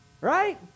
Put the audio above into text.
right